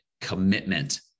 commitment